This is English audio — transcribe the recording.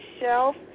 Shelf